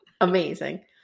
amazing